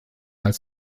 als